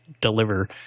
deliver